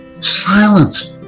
Silence